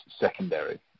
secondary